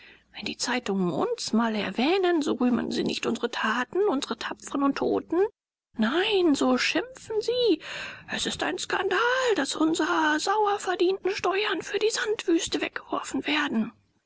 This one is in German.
wenn die zeitungen uns mal erwähnen so rühmen sie nicht unsre taten unsre tapfren und toten nein so schimpfen sie es ist ein skandal daß unsre sauer verdienten steuern für die sandwüste weggeworfen werden